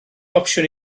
opsiwn